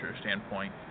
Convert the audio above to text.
standpoint